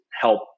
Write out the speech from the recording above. help